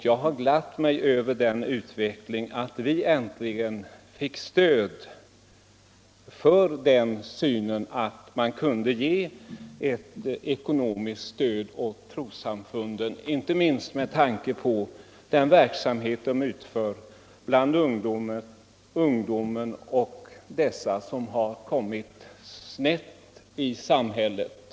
Jag har glatt mig över att vi äntligen fick stöd för den uppfattningen att man kunde ge ett ekonomiskt bidrag åt trossamfunden, inte minst med tanke på den verksamhet de utför bland ungdomen och bland dem som kommit snett i samhället.